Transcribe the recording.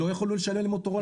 לא יכולנו לשלם למוטורולה.